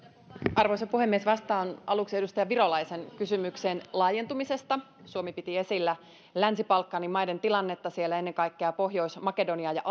arvoisa puhemies vastaan aluksi edustaja virolaisen kysymykseen laajentumisesta suomi piti esillä länsi balkanin maiden tilannetta siellä ennen kaikkea pohjois makedonia ja